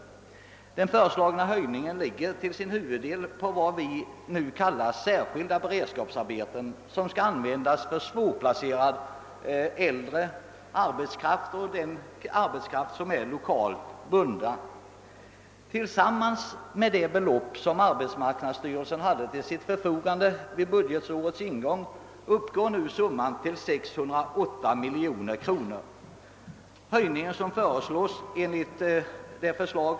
Den av Kungl. Maj:t föreslagna höjningen ligger till största delen på vad vi nu kallar särskilda beredskapsarbeten, som skall ordnas för svårplacerad äldre arbetskraft och för den arbetskraft som är lokalt bunden. Tillsammans med det belopp som <arbetsmarknadsstyrelsen hade till sitt förfogande vid budgetårets ingång uppgår tillgängliga medel till 608 miljoner kronor.